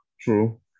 True